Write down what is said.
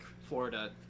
Florida